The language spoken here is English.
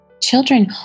children